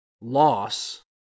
loss